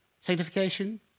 sanctification